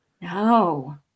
No